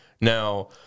Now